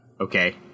Okay